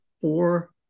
four